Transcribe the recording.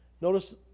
notice